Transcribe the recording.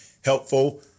helpful